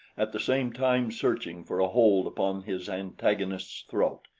at the same time searching for a hold upon his antagonist's throat.